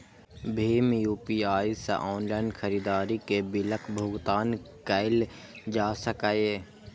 भीम UPI सं online खरीदारी के बिलक भुगतान कैल जा सकैए